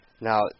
now